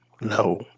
no